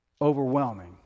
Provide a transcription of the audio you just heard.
overwhelming